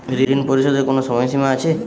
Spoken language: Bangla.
ঋণ পরিশোধের কোনো সময় সীমা আছে?